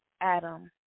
Adam